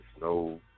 no